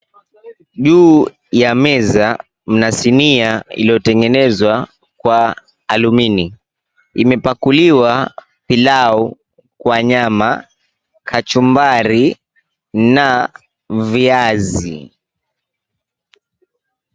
Juu ya meza, mna sinia iliyotengenezwa kwa alumini . Imepakuliwa pilau kwa nyama, kachumbari na viazi.